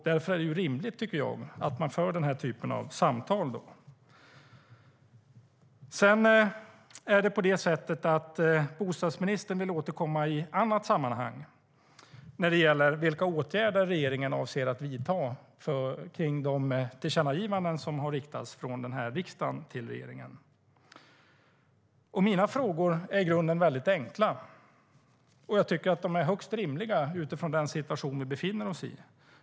Därför är det rimligt, tycker jag, att man för den här typen av samtal. Sedan vill bostadsministern återkomma i annat sammanhang när det gäller vilka åtgärder regeringen avser att vidta med anledning av de tillkännagivanden som riksdagen har riktat till regeringen. Mina frågor är i grunden väldigt enkla, och jag tycker att de är högst rimliga utifrån den situation vi befinner oss i.